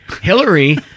Hillary